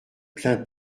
plain